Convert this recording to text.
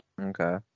Okay